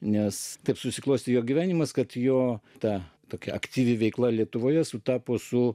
nes taip susiklostė jo gyvenimas kad jo ta tokia aktyvi veikla lietuvoje sutapo su